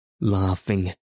laughing